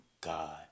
God